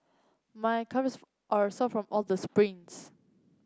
my calves are sore from all the sprints